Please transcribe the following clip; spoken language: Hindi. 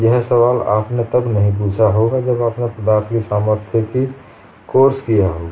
यह सवाल आपने तब नहीं पूछा होगा जब आपने पदार्थ की सामर्थ्य में एक कोर्स किया होगा